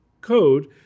code